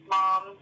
Mom